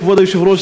כבוד היושב-ראש,